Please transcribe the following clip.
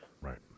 Right